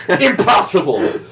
Impossible